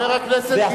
חבר הכנסת גילאון,